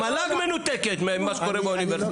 המל"ג מנותקת ממה שקורה באוניברסיטאות.